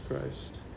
Christ